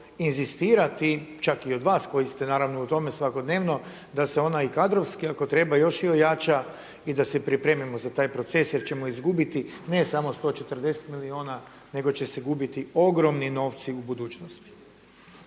inzistirati čak i od vas koji ste naravno u tome svakodnevno da se onaj kadrovski ako treba još i ojača i da se pripremimo za taj proces jer ćemo izgubiti ne samo 140 milijuna nego će se gubiti ogromni novci u budućnosti.